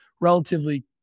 relatively